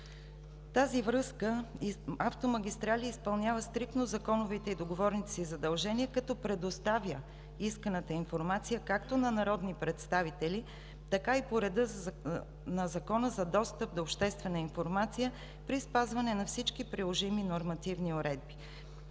тази връзка „Автомагистрали“ изпълнява стриктно законовите и договорните си задължения, като предоставя исканата информация както на народни представители, така и по реда на Закона за достъп до обществена информация при спазване на всички приложими нормативни уредби.